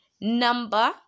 Number